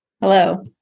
Hello